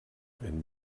wenn